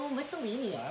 Mussolini